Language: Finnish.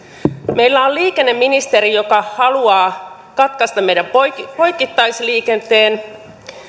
meillä on liikenneministeri joka haluaa katkaista meidän poikittaisliikenteen